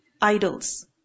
idols